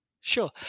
Sure